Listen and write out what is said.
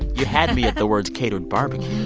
you had me at the words catered barbecue.